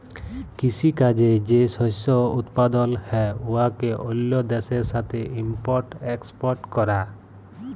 কিসি কাজে যে শস্য উৎপাদল হ্যয় উয়াকে অল্য দ্যাশের সাথে ইম্পর্ট এক্সপর্ট ক্যরা